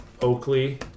Oakley